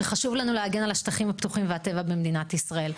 שחשוב לנו להגן על השטחים הפתוחים והטבע במדינת ישראל,